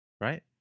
Right